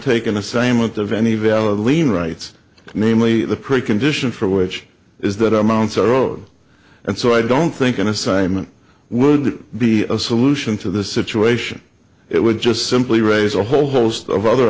take an assignment of any valid legal rights namely the precondition for which is that amounts are owed and so i don't think an assignment would be a solution to the situation it would just simply raise a whole host of other